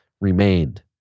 remained